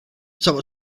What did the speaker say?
atop